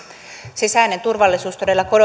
sisäinen turvallisuus todella